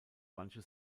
manche